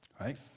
right